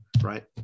right